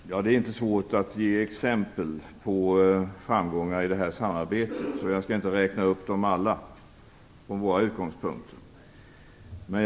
Fru talman! Det är inte svårt att ge exempel på framgångar i samarbetet från våra utgångspunkter. Jag skall inte räkna upp dem alla.